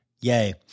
Yay